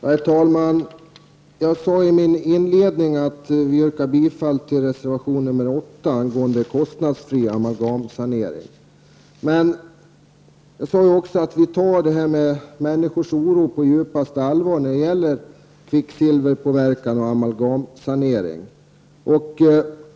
Herr talman! Jag yrkade i mitt anförande bifall till reservation nr 8 om kostnadsfri amalgamsanering. Jag sade i mitt anförande också att vi tar människors oro för kvicksilverpåverkan på djupaste allvar.